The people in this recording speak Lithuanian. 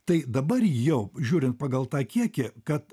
tai dabar jau žiūrint pagal tą kiekį kad